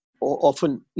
often